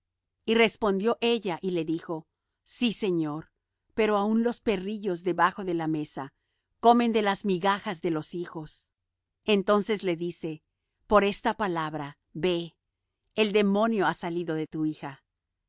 y respondió ella y le dijo sí señor pero aun los perrillos debajo de la mesa comen de las migajas de los hijos entonces le dice por esta palabra ve el demonio ha salido de tu hija